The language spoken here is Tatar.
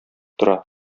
тора